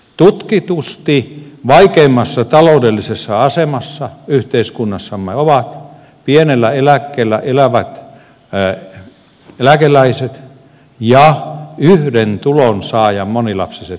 tutkitusti vaikeimmassa taloudellisessa asemassa yhteiskunnassamme ovat pienellä eläkkeellä elävät eläkeläiset ja yhden tulonsaajan monilapsiset perheet